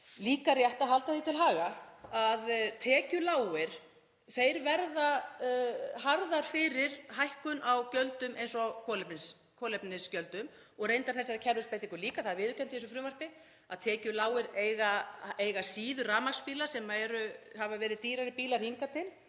líka rétt að halda því til haga að tekjulágir verða harðar fyrir hækkun á gjöldum eins og kolefnisgjöldum og reyndar þessari kerfisbreytingu líka. Það er viðurkennt í þessu frumvarpi að tekjulágir eiga síður rafmagnsbíla sem hafa verið dýrari bílar hingað til,